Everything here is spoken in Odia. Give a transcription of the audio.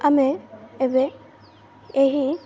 ଆମେ ଏବେ ଏହି